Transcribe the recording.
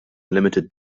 limited